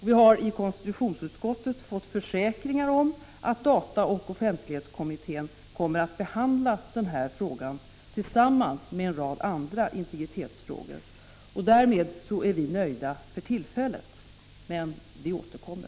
Vi har i konstitutionsutskottet fått försäkringar om att dataoch offentlighetskommittén kommer att behandla denna fråga tillsammans med en rad andra integritetsfrågor, och därmed är vi nöjda för tillfället, men vi återkommer.